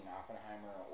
Oppenheimer